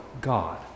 God